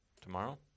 tomorrow